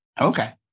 Okay